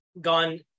gone